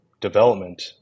development